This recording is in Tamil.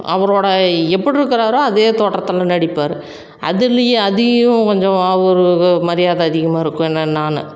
அவரோட எப்படி இருக்கிறாரோ அதே தோற்றத்தில் நடிப்பார் அதுலேயும் அதையும் கொஞ்சம் அவர் மரியாதை அதிகமாக இருக்கும் என்னன்னானு